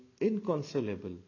inconsolable